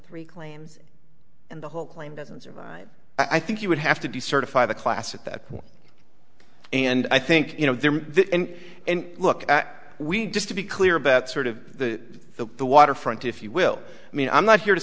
three claims and the whole claim doesn't survive i think you would have to decertify the class at that and i think you know there and look at we just to be clear about sort of the the waterfront if you will i mean i'm not here to